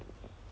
oh